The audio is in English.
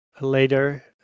later